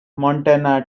montana